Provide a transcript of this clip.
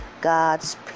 God's